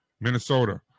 Minnesota